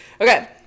Okay